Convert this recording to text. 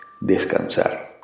Descansar